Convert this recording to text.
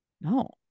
no